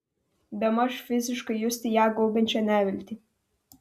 bemaž fiziškai justi ją gaubiančią neviltį